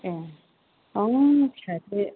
ए हनै फिसाजो